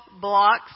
blocks